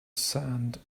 sand